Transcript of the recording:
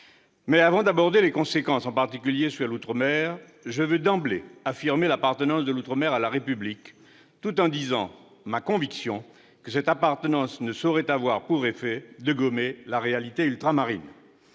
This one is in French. Mais avant d'en aborder les conséquences, en particulier en outre-mer, je veux d'emblée affirmer l'appartenance de l'outre-mer à la République, tout en disant ma conviction que cette appartenance ne saurait avoir pour effet de gommer la réalité ultramarine.